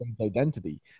identity